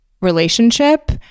relationship